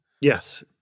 Yes